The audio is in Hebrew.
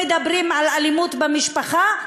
מדברים על אלימות במשפחה,